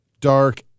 dark